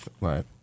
Right